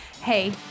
Hey